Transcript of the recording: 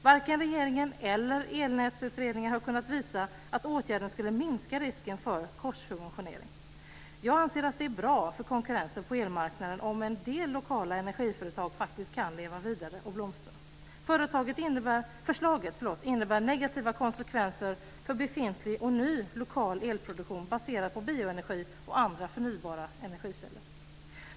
Varken regeringen eller Elnätsutredningen har kunnat visa att åtgärden skulle minska risken för korssubventionering. Jag anser att det är bra för konkurrensen på elmarknaden om en del lokala energiföretag faktiskt kan leva vidare och blomstra. Förslaget innebär negativa konsekvenser för befintlig och ny lokal elproduktion baserad på bioenergi och andra förnybara energikällor.